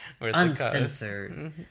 Uncensored